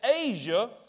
Asia